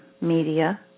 media